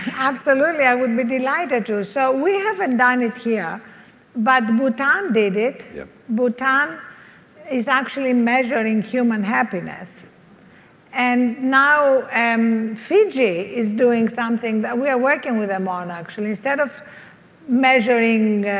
absolutely. i would be delighted to. so we haven't done it here but bhutan did it yep bhutan is actually measuring human happiness and now and fiji is doing something that we are working with them on, actually. instead of measuring